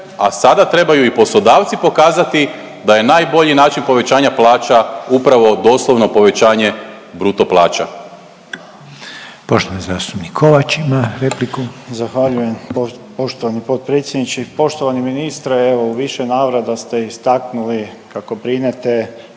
a sada trebaju i poslodavci pokazati da je najbolji način povećanja plaća upravo doslovno povećanje bruto plaća.